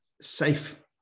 safe